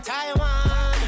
Taiwan